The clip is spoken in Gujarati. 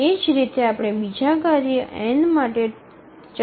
એ જ રીતે આપણે બીજા કાર્ય n માટે ચકાસી શકીએ છીએ